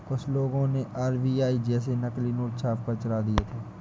कुछ लोगों ने आर.बी.आई जैसे नकली नोट छापकर चला दिए थे